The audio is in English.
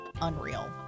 unreal